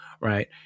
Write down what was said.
right